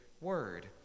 Word